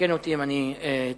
תקן אותי אם אני טועה.